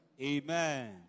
Amen